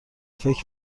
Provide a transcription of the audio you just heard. فکر